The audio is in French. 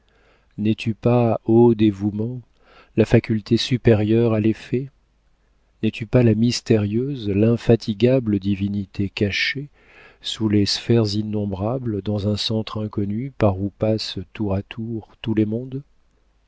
n'es-tu pas ô dévouement la faculté supérieure à l'effet n'es-tu pas la mystérieuse infatigable divinité cachée sous les sphères innombrables dans un centre inconnu par où passent tour à tour tous les mondes